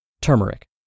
turmeric